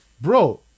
Bro